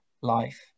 life